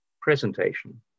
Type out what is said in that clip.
presentation